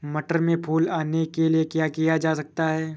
मटर में फूल आने के लिए क्या किया जा सकता है?